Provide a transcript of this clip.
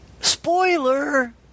Spoiler